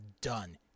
done